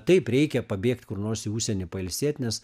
taip reikia pabėgt kur nors į užsienį pailsėt nes